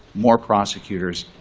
more prosecutors.